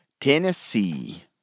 Tennessee